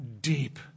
deep